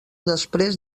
després